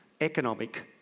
economic